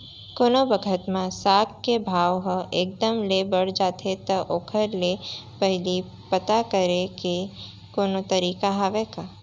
कोनो बखत म साग के भाव ह एक दम ले बढ़ जाथे त ओखर ले पहिली पता करे के कोनो तरीका हवय का?